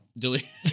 Delete